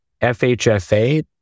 FHFA